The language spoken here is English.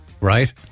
right